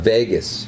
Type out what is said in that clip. Vegas